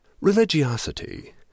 Religiosity